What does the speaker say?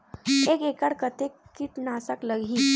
एक एकड़ कतेक किट नाशक लगही?